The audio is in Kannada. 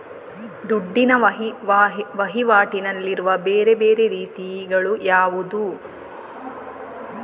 ದುಡ್ಡಿನ ವಹಿವಾಟಿನಲ್ಲಿರುವ ಬೇರೆ ಬೇರೆ ರೀತಿಗಳು ಯಾವುದು?